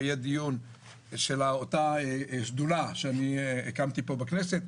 מחר יהיה דיון של אותה שדולה שהקמתי פה בכנסת,